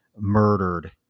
murdered